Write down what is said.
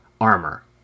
armor